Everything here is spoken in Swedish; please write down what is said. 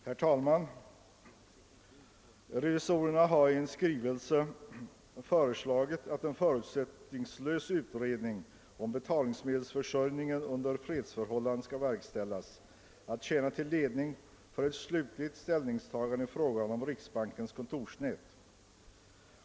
Herr talman! Revisorerna har i en skrivelse föreslagit att en förutsättningslös utredning om betalningsmedelsförsörjningen under fredsförhållanden skall verkställas i avsikt tjäna till ledning för ett slutligt ställningstagande i fråga om riksbankens kontorsnät.